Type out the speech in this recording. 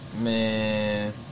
Man